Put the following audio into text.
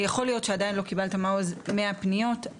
יכול להיות שעדיין לא קיבלת מעוז 100 פניות,